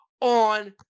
on